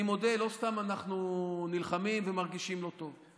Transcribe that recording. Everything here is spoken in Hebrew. אני מודה, לא סתם אנחנו נלחמים ומרגישים לא טוב.